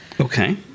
Okay